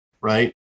right